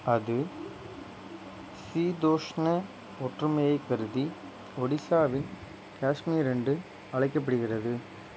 அது சீதோஷ்ண ஒற்றுமையை கருதி ஒடிசாவின் காஷ்மீர் என்று அழைக்கப்படுகிறது